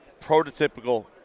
prototypical